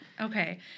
Okay